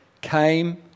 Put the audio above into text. came